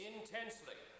Intensely